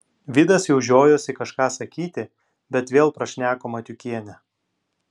vidas jau žiojosi kažką sakyti bet vėl prašneko matiukienė